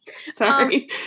sorry